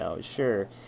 Sure